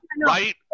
Right